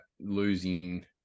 losing